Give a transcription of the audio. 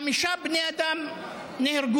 חמישה בני אדם נהרגו,